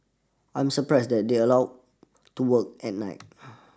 I'm surprised that they allowed to work at night